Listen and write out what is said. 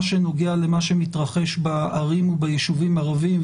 שנוגע למה שמתרחש בערים וביישובים הערביים,